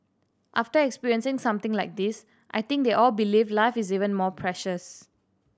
after experiencing something like this I think they all believe life is even more precious